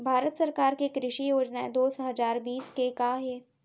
भारत सरकार के कृषि योजनाएं दो हजार बीस के का हे?